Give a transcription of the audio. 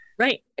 right